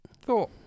thought